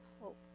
hope